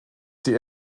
die